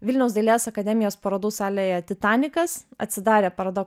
vilniaus dailės akademijos parodų salėje titanikas atsidarė paroda